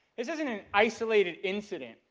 isn't an isolated incident.